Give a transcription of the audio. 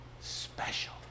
special